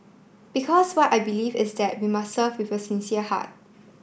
because what I believe is that we must serve with a sincere heart